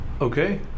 Okay